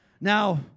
Now